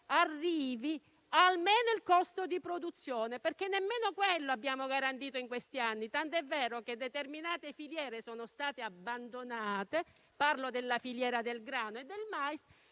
arrivi almeno il costo di produzione; nemmeno quello abbiamo garantito in questi anni, tant'è vero che determinate filiere sono state abbandonate - parlo della filiera del grano e del mais